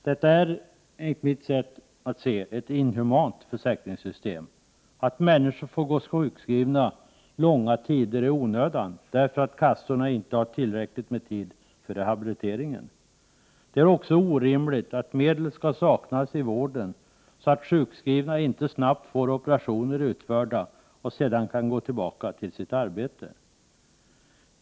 Detta är ett inhumant försäkringssystem som låter människor gå sjukskrivna onödigt lång tid, därför att kassorna inte har tillräcklig tid för rehabiliteringsärenden. Det är också orimligt att medel skall saknas i vården, så att sjukskrivna inte snabbt får operationer utförda och sedan kan gå tillbaka till sina arbeten.